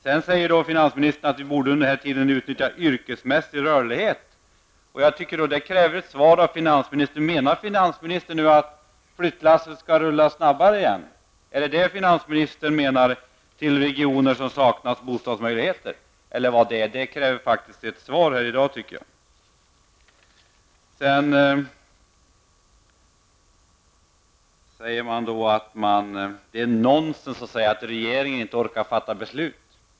Sedan säger finansministern att man under denna tid borde utnyttja yrkesmässig rörlighet. Det kräver ett svar av finansministern på frågan: Menar finansminstern att flyttlassen skall rulla snabbare igen, till regioner som saknar bostadsmöjligheter, eller vad är meningen? Det kräver faktiskt ett svar här i dag, tycker jag. Finansministern säger att det är nonsens att säga att regeringen inte orkar fatta beslut.